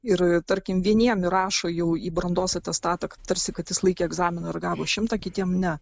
ir tarkim vieniem įrašo jau į brandos atestatą tarsi kad jis laikė egzaminą ir gavo šimtą kitiems ne